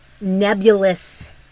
nebulous